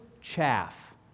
chaff